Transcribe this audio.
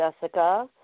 Jessica